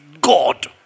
god